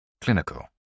Clinical